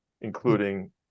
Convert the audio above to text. including